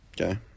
Okay